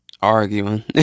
arguing